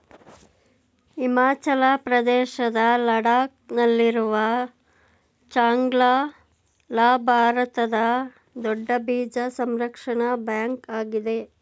ಹಿಮಾಚಲ ಪ್ರದೇಶದ ಲಡಾಕ್ ನಲ್ಲಿರುವ ಚಾಂಗ್ಲ ಲಾ ಭಾರತದ ದೊಡ್ಡ ಬೀಜ ಸಂರಕ್ಷಣಾ ಬ್ಯಾಂಕ್ ಆಗಿದೆ